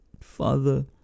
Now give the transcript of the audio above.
Father